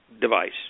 device